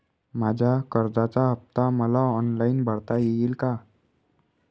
माझ्या कर्जाचा हफ्ता मला ऑनलाईन भरता येईल का?